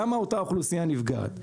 למה אותה אוכלוסייה נפגעת?